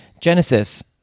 Genesis